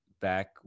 back